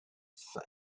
for